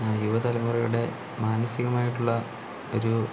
യുവതലമുറയുടെ മാനസികമായിട്ടുള്ള ഒരു